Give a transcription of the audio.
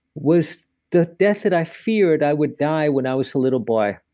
was the death that i feared i would die when i was a little boy.